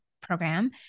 program